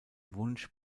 wunsch